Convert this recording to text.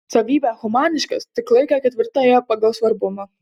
savybę humaniškas tik laikė ketvirtąja pagal svarbumą